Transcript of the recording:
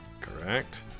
Correct